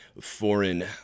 foreign